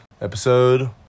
episode